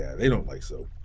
they don't like soap.